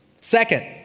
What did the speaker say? Second